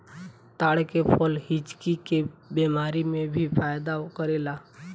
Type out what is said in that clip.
ताड़ के फल हिचकी के बेमारी में भी फायदा करेला